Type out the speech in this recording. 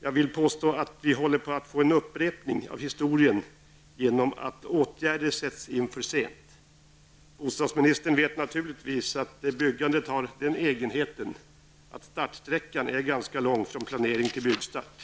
Jag vill påstå att vi håller på att få en upprepning av historien genom att åtgärder vidtas för sent. Bostadsministern vet naturligtvis att byggandet har den egenheten att startsträckan är ganska lång sett från planering till byggstart.